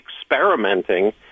experimenting